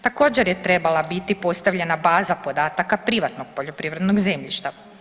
Također je trebala biti postavljena baza podatka privatnog poljoprivrednog zemljišta.